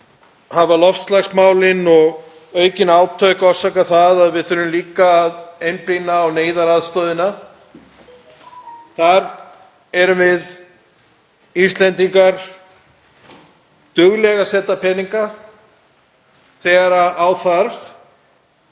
hafa loftslagsmálin og aukin átök orsakað það að við þurfum líka að beina sjónum að neyðaraðstoðinni. Þar erum við Íslendingar dugleg að setja peninga þegar þarf.